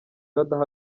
badaha